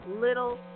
little